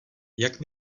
jak